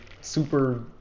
super